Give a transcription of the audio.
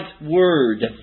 word